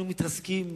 היינו מתרסקים,